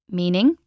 meaning